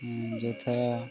ଯଥା